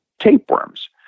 tapeworms